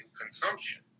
consumption